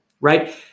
right